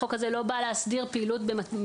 החוק הזה לא בא להסדיר פעילות במטבעות